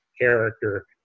character